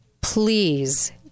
Please